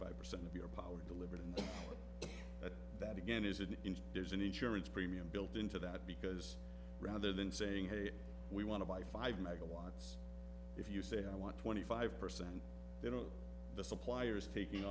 five percent of the power delivered and at that again is an inch there's an insurance premium built into that because rather than saying hey we want to buy five megawatts if you say i want twenty five percent you know the supplier is taking